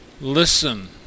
listen